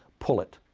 pull it.